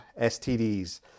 STDs